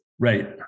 Right